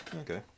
okay